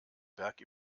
berg